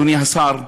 אדוני השר,